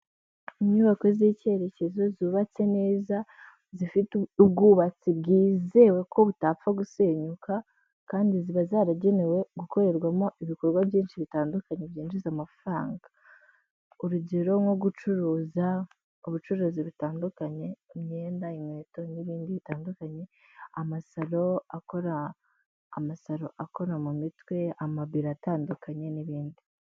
Inyubako z'icyerekezo zubatse neza, zifite ubwubatsi bwizewe ko butapfa gusenyuka, kandi ziba zaragenewe gukorerwamo ibikorwa byinshi bitandukanye byinjiza amafaranga, urugero nko gucuruza, ubucuruzi butandukanye, imyenda, inkweto n'ibindi bitandukanye, amasaro akora, amasaro akora mu mitwe, amabiro atandukanye n'ibindi.